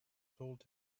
told